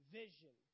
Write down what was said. vision